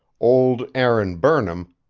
old aaron burnham,